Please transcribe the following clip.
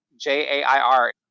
J-A-I-R